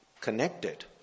connected